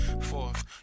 Fourth